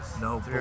No